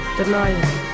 denying